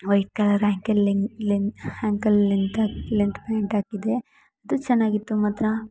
white colour ankle length ankle length length pant ಹಾಕಿದೆ ಅದು ಚೆನ್ನಾಗಿತ್ತು ಮಾತ್ರ